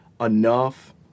enough